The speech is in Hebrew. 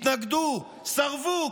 התנגדו, סרבו.